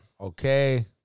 Okay